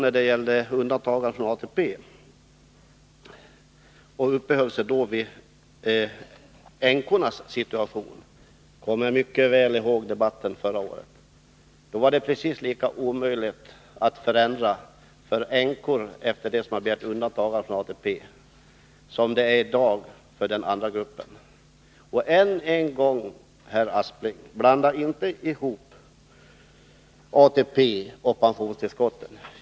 Beträffande undantagande från ATP uppehöll sig Sven Aspling vid änkornas situation. Men jag kommer mycket väl ihåg debatten förra året. Då var det precis lika omöjligt att förändra för änkor till män som begärt undantagande från ATP som det är i dag för den andra gruppen. Och än en gång, herr Aspling: Blanda inte ihop ATP och pensionstillskotten!